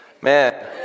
Man